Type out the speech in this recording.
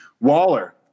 Waller